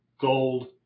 gold